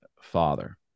father